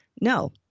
No